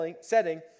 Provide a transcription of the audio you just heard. setting